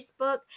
Facebook